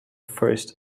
first